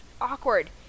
awkward